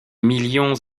millions